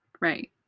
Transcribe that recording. right